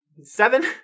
seven